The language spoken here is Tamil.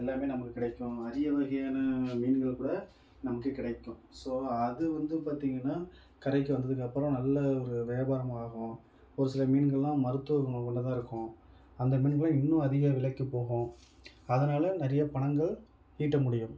எல்லாமே நமக்கு கிடைக்கும் அரிய வகையான மீன்கள் கூட நமக்கு கிடைக்கும் ஸோ அது வந்து பார்த்திங்கன்னா கரைக்கு வந்ததுக்கப்புறம் நல்ல ஒரு வியாபாரமும் ஆகும் ஒரு சில மீன்களெலாம் மருத்துவ குணம் உள்ளதாக இருக்கும் அந்த மீன்கள் இன்னும் அதிக விலைக்கு போகும் அதனால் நிறைய பணங்கள் ஈட்ட முடியும்